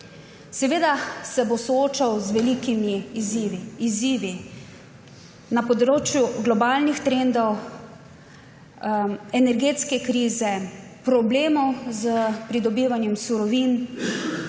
Seveda se bo soočal z velikimi izzivi, izzivi na področju globalnih trendov, energetske krize, problemov s pridobivanjem surovin,